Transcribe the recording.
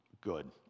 good